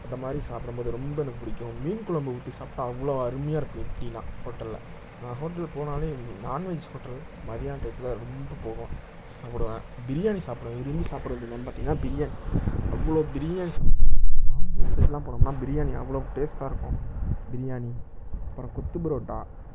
அந்தமாதிரி சாப்பிடும்போது ரொம்ப எனக்கு பிடிக்கும் மீன் குழம்பு ஊற்றி சாப்பிட்டா அவ்வளோ அருமையாக இருக்கும் இட்லிலாம் ஹோட்டலில்ல நான் ஹோட்டல் போனாலே நான்வெஜ் ஹோட்டல் மத்தியான டயத்தில் ரொம்ப போவேன் சாப்பிடுவேன் பிரியாணி சாப்பிடுவேன் விரும்பி சாப்பிட்றது என்னனு பார்த்தீங்கனா பிரியாணி அவ்வளோ பிரியாணி ஆம்பூர் சைட்லாம் போனோம்னா பிரியாணி அவ்வளோ டேஸ்டாக இருக்கும் பிரியாணி அப்பறம் கொத்து பரோட்டா